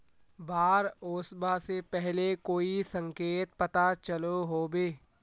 बाढ़ ओसबा से पहले कोई संकेत पता चलो होबे?